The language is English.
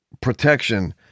protection